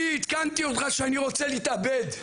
אני עדכנתי אותך שאני רוצה להתאבד.